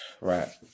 Right